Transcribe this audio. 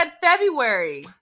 February